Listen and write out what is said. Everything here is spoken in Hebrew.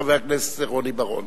חבר הכנסת רוני בר-און.